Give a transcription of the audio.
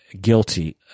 guilty